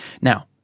Now